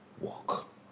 walk